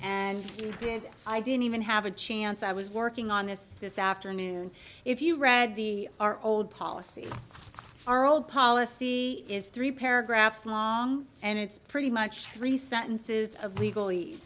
didn't i didn't even have a chance i was working on this this afternoon if you read the our old policy our old policy is three paragraphs long and it's pretty much three sentences of legally